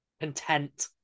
content